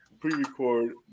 pre-record